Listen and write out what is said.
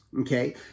okay